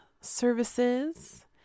services